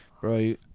Bro